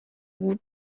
gut